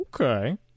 okay